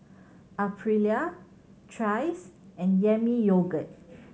Aprilia Trace and Yami Yogurt